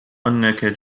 أنك